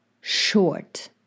short